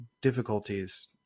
difficulties